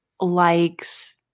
likes